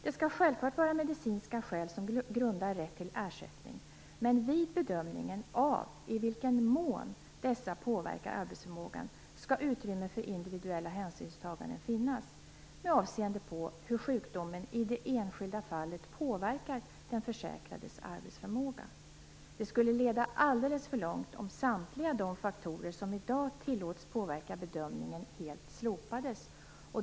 Det skall självklart vara medicinska skäl som grundar rätt till ersättning, men vid bedömningen av i vilken mån dessa påverkar arbetsförmågan skall utrymme för individuella hänsynstaganden finnas med avseende på hur sjukdomen i det enskilda fallet påverkar den försäkrades arbetsförmåga. Det skulle leda alldeles för långt om samtliga de faktorer som i dag tillåts påverka bedömningen helt slopades.